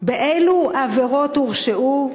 2. באילו עבירות הורשעו?